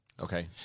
Okay